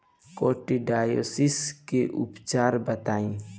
Coccidiosis के उपचार बताई?